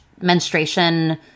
menstruation